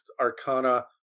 Arcana